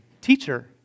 Teacher